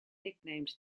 nicknamed